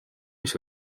mis